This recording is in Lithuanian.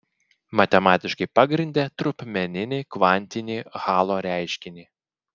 matematiškai pagrindė trupmeninį kvantinį hallo reiškinį